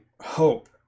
hope